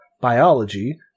biology